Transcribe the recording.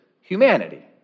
humanity